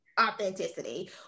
authenticity